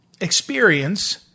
experience